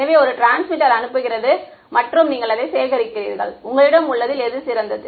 எனவே ஒரு டிரான்ஸ்மிட்டர் அனுப்புகிறது மற்றும் நீங்கள் அதை சேகரிக்கிறீர்கள் உங்களிடம் உள்ளதில் எது சிறந்தது